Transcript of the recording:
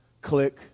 click